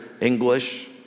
English